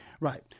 Right